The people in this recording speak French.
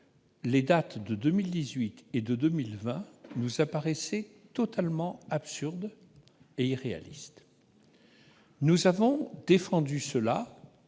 les dates de 2018 et de 2020 nous apparaissaient totalement absurdes et irréalistes. Nous l'avons défendue